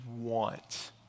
want